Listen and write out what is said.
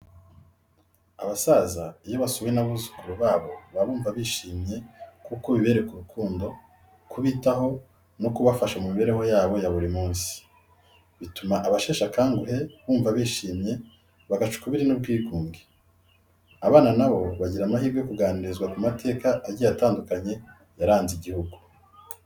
Abasaza iyo basuwe n'abuzukuru babo baba bumva bishimye kuko bibereka urukundo, kubitaho no kubafasha mu mibereho yabo ya buri munsi. Bituma abasheshe akanguhe bumva bishimye, bagaca ukubiri n’ubwigunge. Abana nabo bagira amahirwe yo kuganirizwa ku mateka agiye atandukanye yaranze igihugu.